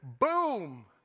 boom